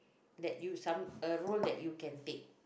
that use some a role that you can take